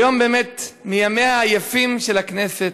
היום באמת הוא מימיה היפים של הכנסת,